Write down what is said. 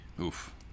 Oof